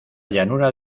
llanura